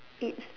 it's